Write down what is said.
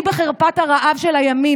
אני בחרפת הרעב של הימין.